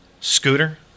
Scooter